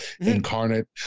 incarnate